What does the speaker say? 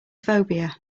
phobia